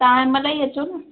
तव्हां हिन महिल ई अचो न